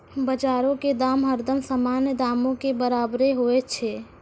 बजारो के दाम हरदम सामान्य दामो के बराबरे होय छै